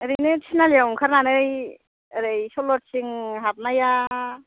ओरैनो थिनालियाव ओंखारनानै ओरै सल'थिं हाबनाया